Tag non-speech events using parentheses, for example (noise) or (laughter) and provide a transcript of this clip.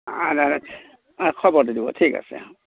(unintelligible) খবৰ দি দিব ঠিক আছে